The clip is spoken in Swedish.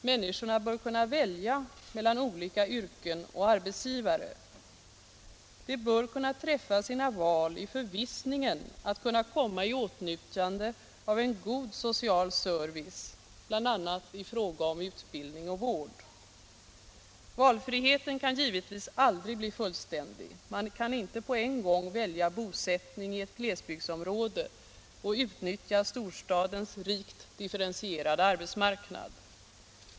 Människorna bör kunna välja mellan olika yrken och arbetsgivare. De bör kunna träffa sina val i förvissningen om att kunna komma i åtnjutande av en god social service, bl.a. i fråga om utbildning och vård. Valfriheten kan givetvis aldrig bli fullständig. Man kan inte på en gång välja bosättning i ett glesbygdsområde och utnyttja storstadens rikt differentierade arbetsmarknad.